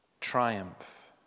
triumph